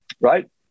Right